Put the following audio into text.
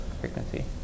frequency